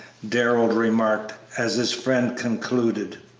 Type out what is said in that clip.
darrell remarked, as his friend concluded.